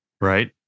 right